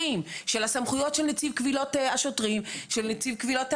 התמיכה של השר לביטחון לאומי בהצעת החוק הייתה כרוכה בשלושת הגופים.